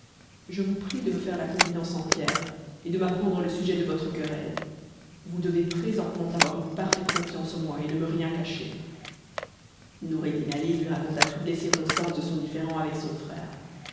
je vous prie de me faire la confidence entière et de m'apprendre le sujet de votre querelle vous devez présentement avoir une parfaite confiance en moi et ne me rien cacher noureddin ali lui raconta toutes les circonstances de son différend avec son frère